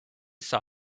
saw